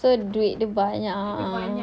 so duit dia banyak ah